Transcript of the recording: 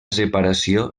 separació